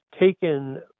taken